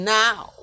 now